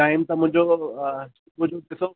time त मुंहिंजो मुंहिंजो ॾिसो